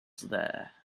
there